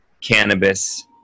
cannabis